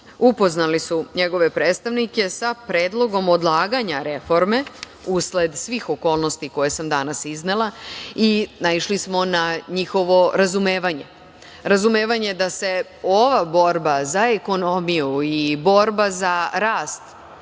upoznali su njegove predstavnike sa predlogom odlaganja reforme usled svih okolnosti koje sam danas iznela i naišli smo na njihovo razumevanje. Razumevanje da se ova borba za ekonomiju i borba za rast